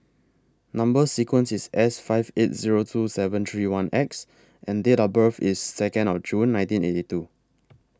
Number sequence IS S five eight Zero two seven three one X and Date of birth IS Second of June nineteen eighty two